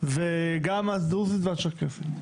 וגם הדרוזית והצ'רקסית.